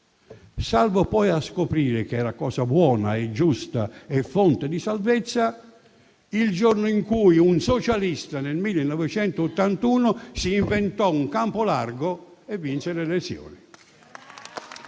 salvo poi scoprire che era cosa buona e giusta e fonte di salvezza il giorno in cui un socialista nel 1981 si inventò un campo largo e vinse le elezioni.